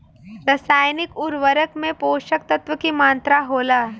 रसायनिक उर्वरक में पोषक तत्व की मात्रा होला?